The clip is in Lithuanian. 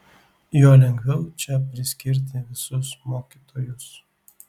juo lengviau čia priskirti visus mokytojus